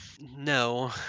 no